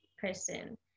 person